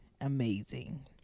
amazing